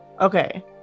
Okay